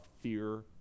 fear